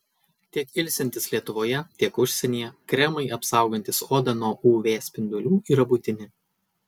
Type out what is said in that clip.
tiek ilsintis lietuvoje tiek užsienyje kremai apsaugantys odą nuo uv spindulių yra būtini